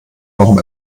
warum